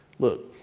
look,